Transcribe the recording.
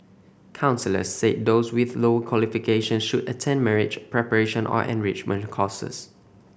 counsellors said those with lower qualifications should attend marriage preparation or enrichment courses